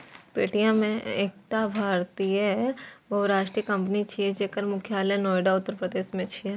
Paytm एकटा भारतीय बहुराष्ट्रीय कंपनी छियै, जकर मुख्यालय नोएडा, उत्तर प्रदेश मे छै